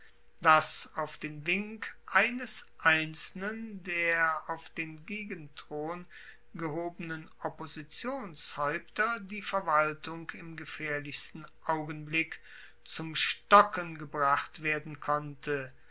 dass auf den wink eines einzelnen der auf den gegenthron gehobenen oppositionshaeupter die verwaltung im gefaehrlichsten augenblick zum stocken gebracht werden konnte